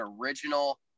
original